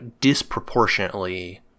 disproportionately